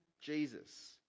Jesus